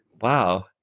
Wow